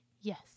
Yes